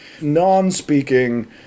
non-speaking